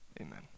amen